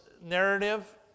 narrative